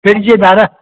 फ्रिजु दादा